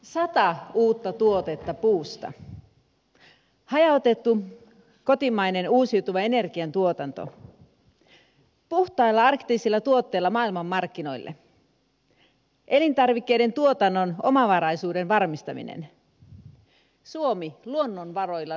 sata uutta tuotetta puusta hajautettu kotimainen uusiutuva ener giantuotanto puhtailla arktisilla tuotteilla maailmanmarkkinoille elintarvikkeiden tuotannon omavaraisuuden varmistaminen suomi luonnonvaroilla nousuun